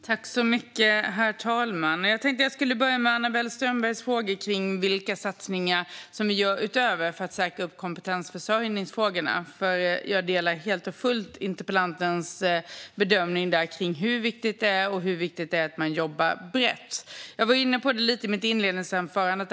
Herr talman! Jag tänkte att jag skulle börja med Anna-Belle Strömbergs frågor om vilka satsningar vi gör utöver detta för att säkra upp kompetensförsörjningsfrågorna. Jag delar helt och fullt interpellantens bedömning av hur viktigt detta är och hur viktigt det är att man jobbar brett. Jag var inne lite grann på detta i mitt interpellationssvar.